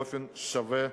באופן שווה.